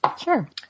sure